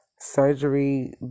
surgery